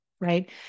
right